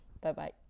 Bye-bye